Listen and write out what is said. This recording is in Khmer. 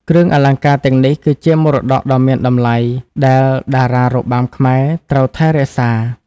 គ្រឿងអលង្ការទាំងនេះគឺជាមរតកដ៏មានតម្លៃដែលតារារបាំខ្មែរត្រូវថែរក្សា។